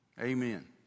Amen